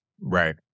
Right